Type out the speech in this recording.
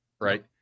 right